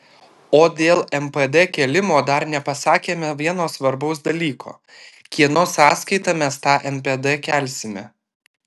o dėl npd kėlimo dar nepasakėme vieno svarbaus dalyko kieno sąskaita mes tą npd kelsime